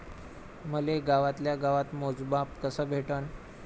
मले गावातल्या गावात मोजमाप कस भेटन?